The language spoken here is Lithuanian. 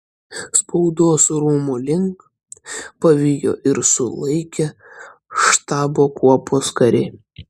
spaudos rūmų link pavijo ir sulaikė štabo kuopos kariai